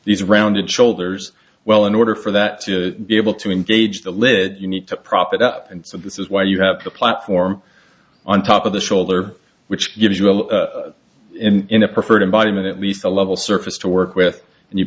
these rounded shoulders well in order for that to be able to engage the lead you need to prop it up and so this is why you have the platform on top of the shoulder which gives you an end in a preferred environment at least a level surface to work with and you